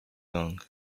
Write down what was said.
long